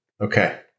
Okay